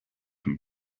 from